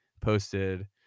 posted